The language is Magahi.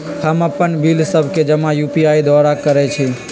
हम अप्पन बिल सभ के जमा यू.पी.आई द्वारा करइ छी